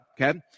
Okay